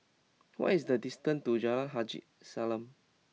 what is the distance to Jalan Haji Salam